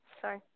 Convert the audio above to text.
sorry